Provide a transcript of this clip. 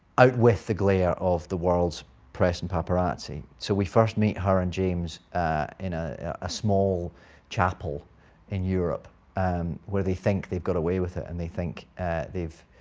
out with the glare of the world's press and paparazzi. so we first meet her and james in a ah small chapel in europe um where they think they've got away with it. and they think they've